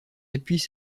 appuis